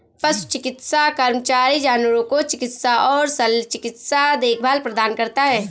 पशु चिकित्सा कर्मचारी जानवरों को चिकित्सा और शल्य चिकित्सा देखभाल प्रदान करता है